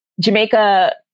Jamaica